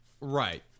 Right